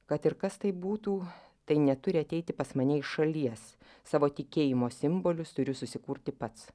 kad ir kas tai būtų tai neturi ateiti pas mane iš šalies savo tikėjimo simbolius turiu susikurti pats